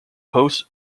post